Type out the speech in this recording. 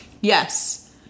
Yes